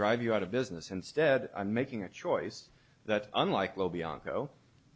drive you out of business instead making a choice that unlike lo bianco